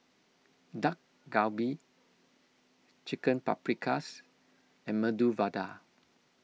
Dak Galbi Chicken Paprikas and Medu Vada